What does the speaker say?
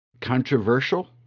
controversial